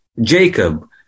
Jacob